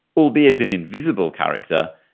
albeit an invisible character,